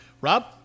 Rob